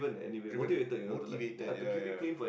driven motivator ya ya